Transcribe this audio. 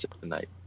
tonight